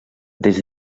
des